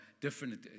different